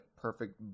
perfect